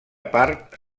part